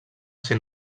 ser